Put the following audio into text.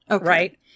right